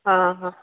ಹಾಂ ಹಾಂ